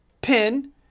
pin